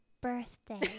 birthday